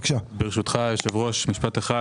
ברשותך היושב ראש, משפט אחד.